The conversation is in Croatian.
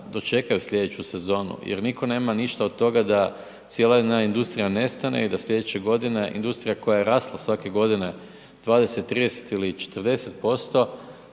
dočekaju slijedeću sezonu jer niko nema ništa od toga da cijela jedna industrija nestane i da slijedeće godine industrija koja je rasla svake godine 20, 30 ili 40%